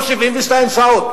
או 72 שעות,